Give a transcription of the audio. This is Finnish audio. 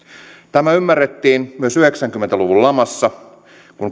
tämä ymmärrettiin myös yhdeksänkymmentä luvun lamassa kun